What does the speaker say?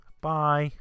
Bye